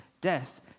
death